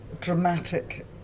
dramatic